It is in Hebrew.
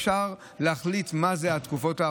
אפשר להחליט מה זה תקופות ארוכות,